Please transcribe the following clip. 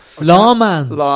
lawman